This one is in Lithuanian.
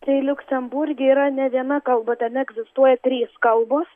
tai liuksemburge yra ne viena kalba ten egzistuoja trys kalbos